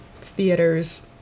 theaters